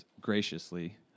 graciously